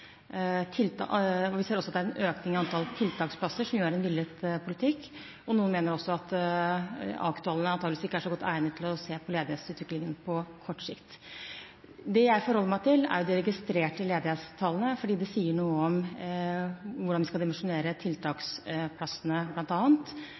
av unge. Vi ser også at det er en økning i antall tiltaksplasser, som jo er en villet politikk, og noen mener også at AKU-tallene antageligvis ikke er så godt egnet til å vise ledighetsutviklingen på kort sikt. Det jeg forholder meg til, er de registrerte ledighetstallene, fordi det sier noe om hvordan vi skal dimensjonere